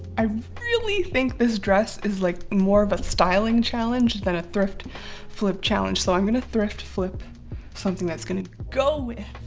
i really think this dress is like more of a styling challenge than a thrift flipped challenge so i'm gonna thrift flip something that's gonna go